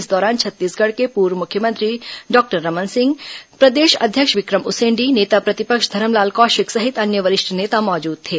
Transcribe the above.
इस दौरान छत्तीसगढ़ के पूर्व मुख्यमंत्री डॉक्टर रमन सिंह प्रदेश अध्यक्ष विक्रम उसेंडी नेता प्रतिपक्ष धरमलाल कौशिक सहित अन्य वरिष्ठ नेता मौजूद थे